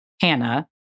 Hannah